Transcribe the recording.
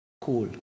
cool